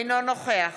אינו נוכח